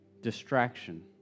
distraction